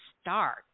start